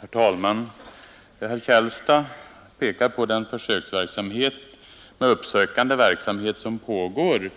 Herr talman! Herr Källstad pekar på de försök med uppsökande verksamhet som pågår.